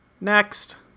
Next